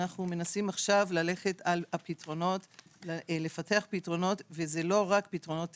אנחנו מנסים לפתח פתרונות וזה לא רק פתרונות תכנון,